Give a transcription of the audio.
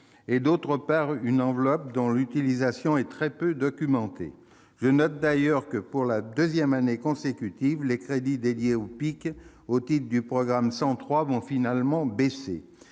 et, d'autre part, une enveloppe dont l'utilisation est très peu documentée. Je note d'ailleurs que, pour la deuxième année consécutive, les crédits dédiés au PIC au titre du programme 103 vont finalement baisser.